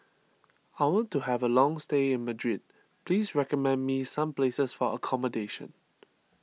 I want to have a long stay in Madrid please recommend me some places for accommodation